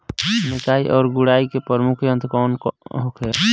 निकाई और गुड़ाई के प्रमुख यंत्र कौन होखे?